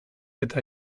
edo